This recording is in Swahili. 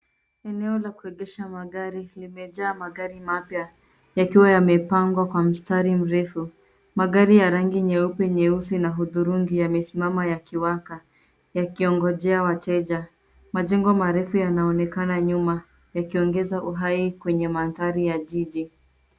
Eneo la kuegesha magari limejaa magari mapya yakiwa yamepangwa kwa mstari mrefu. Magari ya rangi nyeupe, nyeusi na hudhurungi yamesimama yakiwaka yakiongojea wateja. Majengo marefu yanaonekana nyuma yakiongeza uhai kwenye mandhari ya jiji.